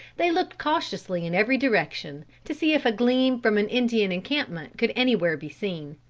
they looked cautiously in every direction, to see if a gleam from an indian encampment could anywhere be seen.